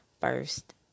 first